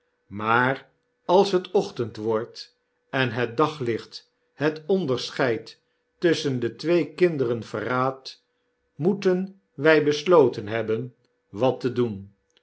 maar als het ochtend wordt en het daglicht het onderscheid tusschen de twee kinderen verraadt moeten wy besloten hebben wat te doen